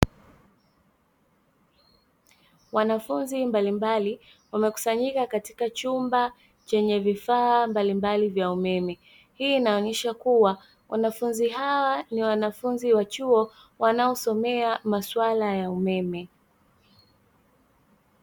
Wanafunzi mbalimbali wamekusanyika katika chumba chenye vifaa mbalimbali vya umeme. Hii inaonyesha kuwa wanafunzi hawa ni wanafunzi wa chuo wanaosomea masuala ya umeme.